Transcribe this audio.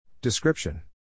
Description